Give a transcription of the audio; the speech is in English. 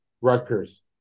Rutgers